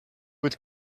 would